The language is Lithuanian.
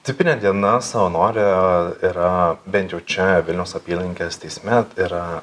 tipinė diena savanorio yra bent jau čia vilniaus apylinkės teisme yra